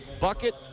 Bucket